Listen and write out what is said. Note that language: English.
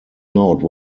note